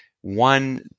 one